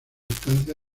estancia